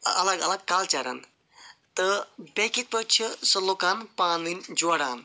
الگ الگ کلچرَن تہٕ بییٚہِ کِتھ پٲٹھۍ چھُ سُہ لوٗکن پانہٕ وٲنۍ جۄڈان